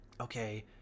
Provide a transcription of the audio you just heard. okay